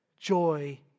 Joy